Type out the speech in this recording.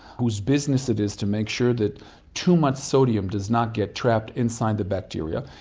whose business it is to make sure that too much sodium does not get trapped inside the bacteria,